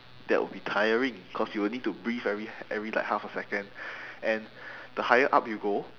that will be tiring cause you will need to breathe every every like half a second and the higher up you go